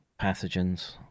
pathogens